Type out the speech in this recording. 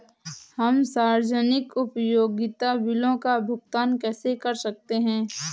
हम सार्वजनिक उपयोगिता बिलों का भुगतान कैसे कर सकते हैं?